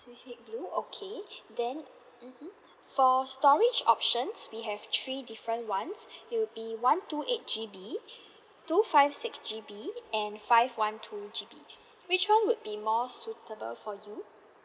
pacific blue okay then mmhmm for storage options we have three different ones it will be one two eight G_B two five six G_B and five one two G_B which one would be more suitable for you